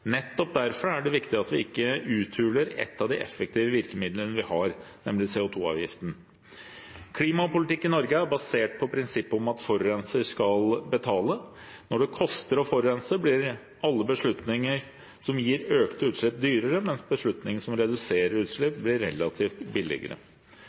Nettopp derfor er det viktig at vi ikke uthuler et av de effektive virkemidlene vi har, nemlig CO 2 -avgiften. Klimapolitikken i Norge er basert på prinsippet om at forurenser skal betale. Når det koster å forurense, blir alle beslutninger som gir økte utslipp, dyrere, mens beslutninger som reduserer